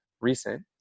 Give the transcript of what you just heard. recent